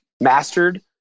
mastered